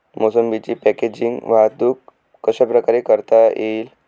मोसंबीची पॅकेजिंग वाहतूक कशाप्रकारे करता येईल?